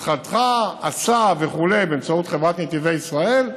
משרדך עשה וכו', באמצעות חברת נתיבי ישראל,